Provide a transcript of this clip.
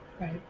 Right